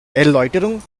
erläuterung